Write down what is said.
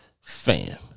Fam